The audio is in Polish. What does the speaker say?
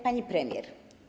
Pani Premier!